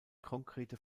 konkrete